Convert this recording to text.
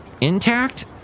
Intact